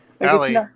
Allie